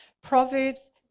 Proverbs